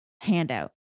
handout